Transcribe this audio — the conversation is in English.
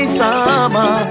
summer